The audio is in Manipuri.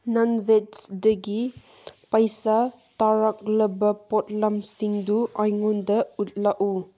ꯅꯟ ꯚꯦꯁꯗꯒꯤ ꯄꯩꯁꯥ ꯇꯥꯔꯛꯂꯕ ꯄꯣꯠꯂꯝꯁꯤꯡꯗꯨ ꯑꯩꯉꯣꯟꯗ ꯎꯠꯂꯛꯎ